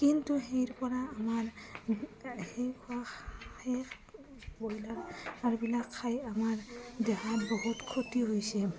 কিন্তু ইয়াৰপৰা আমাৰ সেই খোৱা সেই ব্ৰইলাৰবিলাক খাই আমাৰ দেহাৰ বহুত ক্ষতি হৈছে